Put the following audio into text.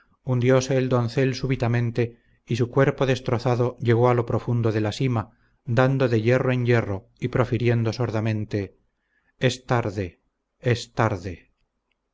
oprimía hundióse el doncel súbitamente y su cuerpo destrozado llegó a lo profundo de la sima dando de hierro en hierro y profiriendo sordamente es tarde es tarde